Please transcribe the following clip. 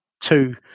two